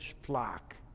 flock